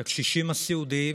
את הקשישים הסיעודיים